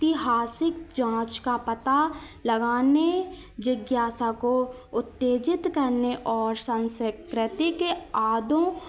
तिहासिक जाँच का पता लगाने जिज्ञासा को उत्तेजित करने और संशय प्रतिक आदों